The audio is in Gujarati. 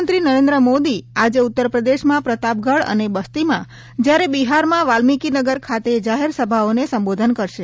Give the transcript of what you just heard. પ્રધાનમંત્રી નરેન્દ્ર મોદી આજે ઉત્તર પ્રદેશમાં પ્રતાપગઢ અને બસ્તીમાં જયારે બિહારમાં વાલ્મીકીનગર ખાતે જાહેર સભાઓને સંબોધન કરશે